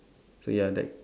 so ya that